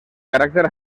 caràcter